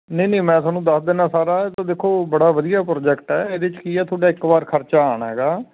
ਨਹੀਂ ਨਹੀਂ ਮੈਂ ਤੁਹਾਨੂੰ ਦੱਸ ਦਿੰਦਾ ਸਾਰਾ ਇਹ ਤਾਂ ਦੇਖੋ ਬੜਾ ਵਧੀਆ ਪ੍ਰੋਜੈਕਟ ਹੈ ਇਹਦੇ 'ਚ ਕੀ ਹੈ ਤੁਹਾਡਾ ਇੱਕ ਵਾਰ ਖ਼ਰਚਾ ਆਉਣਾ ਹੈਗਾ